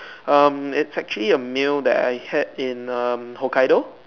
um it's actually a meal that I had in um Hokkaido